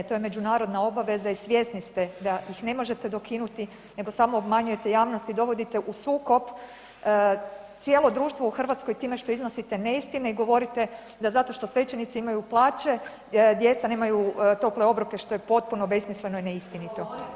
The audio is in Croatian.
To je međunarodna obaveza i svjesni ste da ih ne možete dokinuti, nego samo obmanjujete javnost i dovodite u sukob cijelo društvo u Hrvatskoj time što iznosite neistine i govorite da zato što svećenici imaju plaće djeca nemaju tople obroke što je potpuno besmisleno i neistinito.